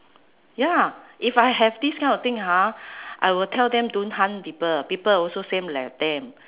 ya if I have this kind of thing ha I will tell them don't hunt people people also same like them